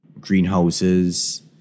greenhouses